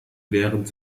während